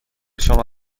شما